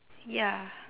ya